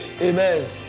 Amen